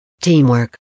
Teamwork